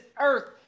earth